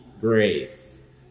grace